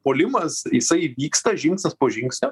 puolimas jisai vyksta žingsnis po žingsnio